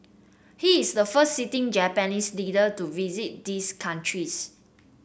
he is the first sitting Japanese leader to visit these countries